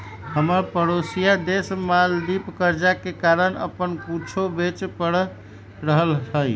हमर परोसिया देश मालदीव कर्जा के कारण अप्पन कुछो बेचे पड़ रहल हइ